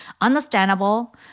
understandable